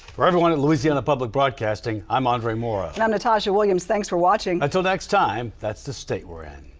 for everyone at louisiana public broadcasting, i'm andre moreau. and i'm natasha williams. thanks for watching. until next time, that's the state we're in.